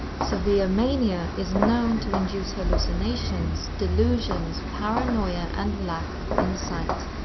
severe mania is known to induce hallucinations, delusions, paranoia and lack of insight.